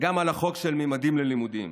וגם על החוק של ממדים ללימודים